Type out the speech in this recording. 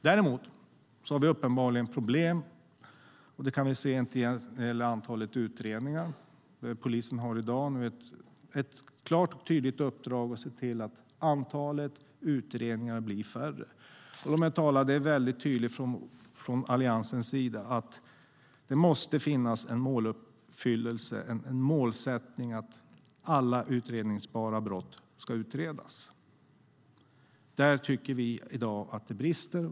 Vi har uppenbarligen problem, inte minst när det gäller antalet utredningar polisen har i dag. Det handlar om ett klart och tydligt uppdrag att se till att antalet utredningar blir mindre. Vi säger väldigt tydligt från Alliansens sida att det måste finnas en måluppfyllelse och en målsättning att alla utredbara brott ska utredas. Där tycker vi i dag att det brister.